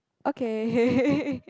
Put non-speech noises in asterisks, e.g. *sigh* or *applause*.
okay *laughs*